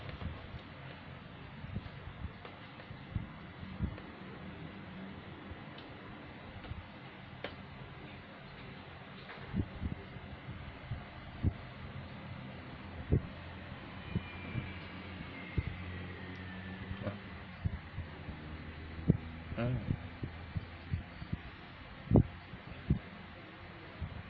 mm